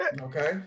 okay